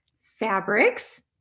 Fabrics